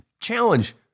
challenge